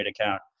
account